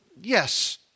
Yes